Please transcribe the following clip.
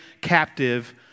captive